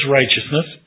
righteousness